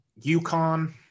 UConn